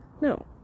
No